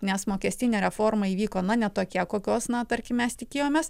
nes mokestinė reforma įvyko na ne tokia kokios na tarkim mes tikėjomės